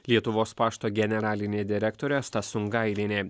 lietuvos pašto generalinė direktorė asta sungailienė